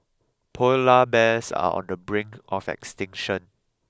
polar bears are on the brink of extinction